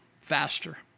faster